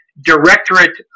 Directorate